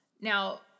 Now